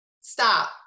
stop